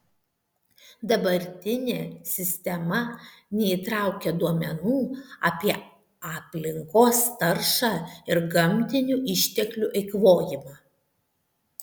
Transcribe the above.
dabartinė sistema neįtraukia duomenų apie aplinkos taršą ir gamtinių išteklių eikvojimą